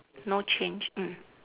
no change mm